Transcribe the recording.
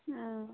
ओ